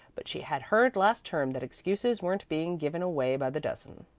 but she had heard last term that excuses weren't being given away by the dozen.